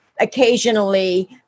occasionally